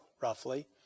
roughly